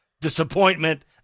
disappointment